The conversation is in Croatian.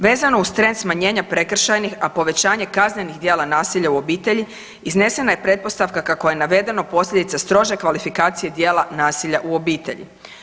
Vezano uz trend smanjenja prekršajnih, a povećanje kaznenih djela nasilja u obitelji iznesena je pretpostavka kako je navedeno posljedica strože kvalifikacije dijela nasilja u obitelji.